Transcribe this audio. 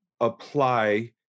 apply